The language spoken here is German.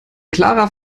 klarer